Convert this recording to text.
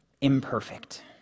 imperfect